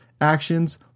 actions